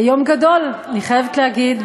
יום גדול, אני חייבת להגיד.